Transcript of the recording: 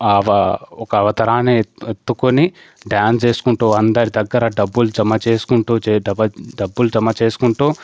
ఆవ ఒక అవతారాన్ని ఎత్తుకొని డ్యాన్స్ చేసుకుంటూ అందరి దగ్గర డబ్బులు జమ చేసుకుంటూ చేతపట్టి డబ్బులు జమ చేసుకుంటూ